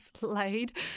Laid